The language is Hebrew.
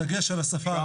בדגש על השפה הערבית.